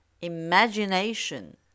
imagination